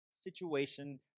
situation